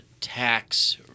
tax